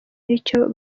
aricyo